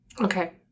Okay